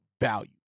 value